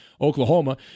Oklahoma